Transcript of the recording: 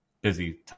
busy